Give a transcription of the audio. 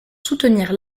soutenir